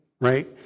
right